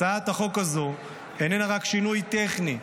הצעת החוק הזו איננה רק שינוי טכני,